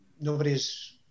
Nobody's